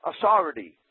authority